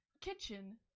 kitchen